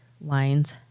lines